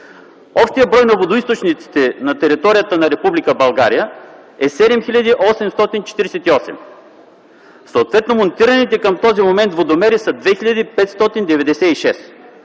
общият брой на водоизточниците на територията на Република България е 7848. Съответно монтираните към този момент водомери са 2596